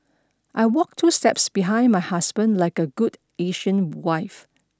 I walk two steps behind my husband like a good Asian wife